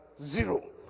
Zero